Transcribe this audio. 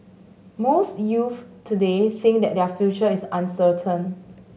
most youths today think that their future is uncertain